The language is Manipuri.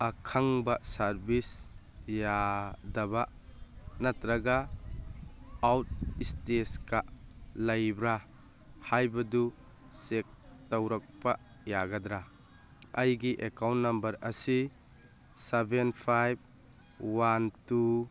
ꯑꯈꯪꯕ ꯁꯥꯔꯕꯤꯁ ꯌꯥꯗꯕ ꯅꯠꯇ꯭ꯔꯒ ꯑꯥꯎꯠ ꯁ꯭ꯇꯦꯖꯀꯥ ꯂꯩꯕ꯭ꯔ ꯍꯥꯏꯕꯗꯨ ꯆꯦꯛ ꯇꯧꯔꯛꯄ ꯌꯥꯒꯗ꯭ꯔ ꯑꯩꯒꯤ ꯑꯦꯀꯥꯎꯟ ꯅꯝꯕꯔ ꯑꯁꯤ ꯁꯕꯦꯟ ꯐꯥꯏꯕ ꯋꯥꯟ ꯇꯨ